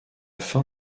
fin